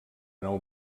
nou